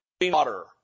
water